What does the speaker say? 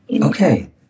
Okay